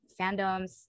fandoms